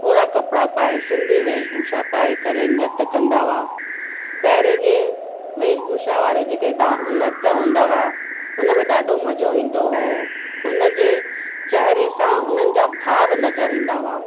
ओड़ा कपिड़ा पाए सिंधी वेशभूषा पाए नृत्य कंदा हुआ पहिरें जे वेशभूषा वारे जेके डा नृत्य हूंदा हुआ हुन में ॾाढो मज़ो ईंदो हो हुन जे चहिरे सां हुननि जा भाव नज़र ईंदा हुआ